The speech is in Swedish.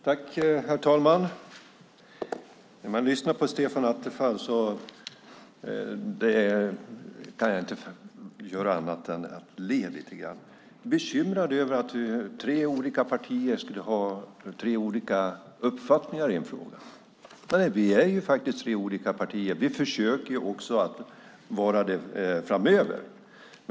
Herr talman! När jag lyssnar på Stefan Attefall kan jag inte annat än le. Han är bekymrad över att tre olika partier skulle ha tre olika uppfattningar i en fråga. Vi är tre olika partier, och vi försöker vara det även framöver.